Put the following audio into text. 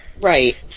Right